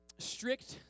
strict